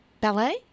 Ballet